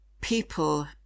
people